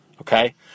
okay